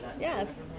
yes